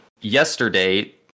yesterday